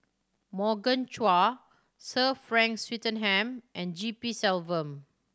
Morgan Chua Sir Frank Swettenham and G P Selvam